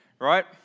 Right